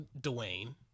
Dwayne